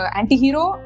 anti-hero